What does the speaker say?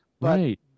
Right